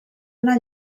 ona